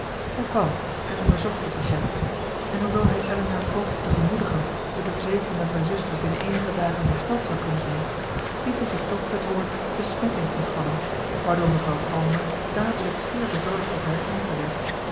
hij kwam en onderzocht de patiënte en hoewel hij elinor poogde te bemoedigen door de verzekering dat haar zuster binnen eenige dagen hersteld zou kunnen zijn liet hij zich toch het woord besmetting ontvallen waardoor mevrouw palmer dadelijk zeer bezorgd over haar kindje werd